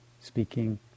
speaking